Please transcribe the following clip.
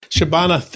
Shabana